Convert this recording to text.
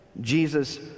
Jesus